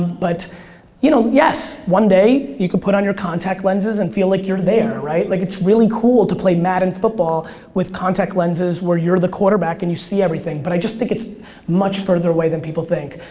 but you know, yes, one day you can put on your contact lenses and feel like you're there, right? like, it's really cool to play madden football with contact lenses where you're the quarterback and you see everything, but i just think it's much further away than people think.